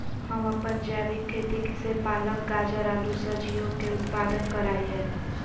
हम अपन जैविक खेती से पालक, गाजर, आलू सजियों के उत्पादन करा हियई